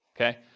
okay